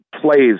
plays